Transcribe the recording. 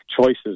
choices